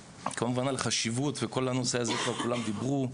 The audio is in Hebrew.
כמובן על החשיבות וכל כל הנושא הזה כבר כולם דיברו.